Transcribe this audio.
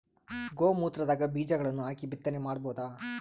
ಗೋ ಮೂತ್ರದಾಗ ಬೀಜಗಳನ್ನು ಹಾಕಿ ಬಿತ್ತನೆ ಮಾಡಬೋದ?